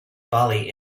bali